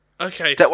Okay